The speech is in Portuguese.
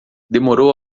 demorou